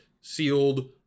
sealed